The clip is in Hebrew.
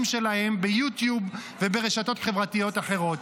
שלהן ביוטיוב וברשתות חברתיות אחרות.